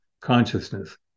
consciousness